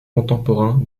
contemporain